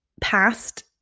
past